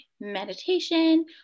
meditation